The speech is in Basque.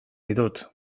ditut